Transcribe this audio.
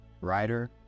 writer